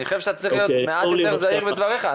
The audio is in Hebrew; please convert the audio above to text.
אני מבקש שתהיה יותר זהיר בדבריך.